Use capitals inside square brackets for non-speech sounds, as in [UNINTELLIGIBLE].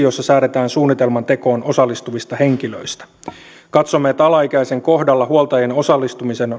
[UNINTELLIGIBLE] jossa säädetään suunnitelman tekoon osallistuvista henkilöistä katsomme että alaikäisen kohdalla huoltajien osallistumisen